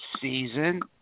season